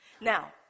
now